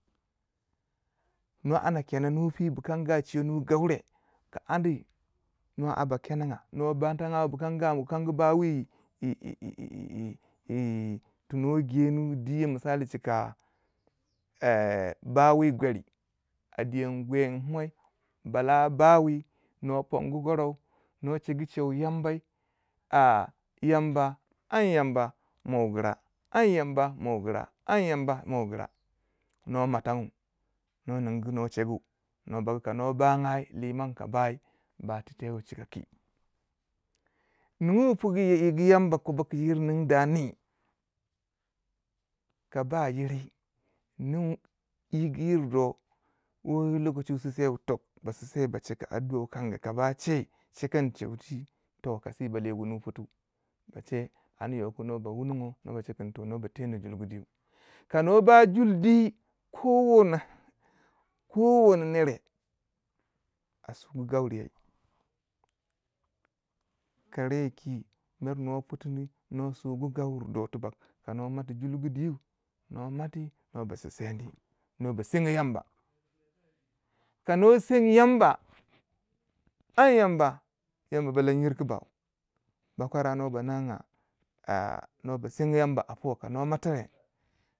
nuwa anda kendenuwai bukanga chiyono gaure andi nuwa a ba kenanga nuwa bantangau bukanga bukangu bawi yi- yi- yi yi tu nuwo genu diyo misali chika bawi yi gweri a diyoni gwen pmai bala bawei nuwa pongu goro yi che yambai a yamba anyamba mo wu gira anyamba mo wu gira anyamba mowu gira no motangu nuwo ningu nuwo chegu nuwa bar ko no bangai liman ka bai ba tintiyewu chika ki nuwi pubu yigu yamba ko bo ka yir da nyi ka ba yiri nin tiyi guari do woyi lokachi wu sinsewu tok ba sinse ba chegu Adua wukangye kaba chei chekan cheu ti toh kasi bale wunu pitu ba che anyi no ba wunongo no ba che kunto no ba teno juldu diu ka nwo ba juldi ko wona, ko wono nere a sugu gauriyey karay ki mer nuwa putini nuwa sugu gauri do tuback ka nwo mati julgu dui nwo mati nwo ba sinseni noba sengo yamba kano seng yamba an yamba, yamba ba lanyir ku bau bokwara nwo ba ninganya a nwo ba sengo yamba a po nwo ka nwo.